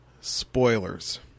spoilers